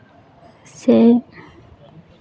ᱥᱮ